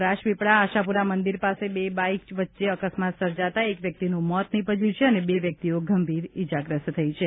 અકસ્માત રાજપીપળા આશાપુરા મંદિર પાસે બે બાઇક વચ્ચે અકસ્માત સર્જાતા એક વ્યક્તિનું મોત નિપજ્યું છે અને બે વ્યક્તિને ગંભીર ઇજા થઇ છે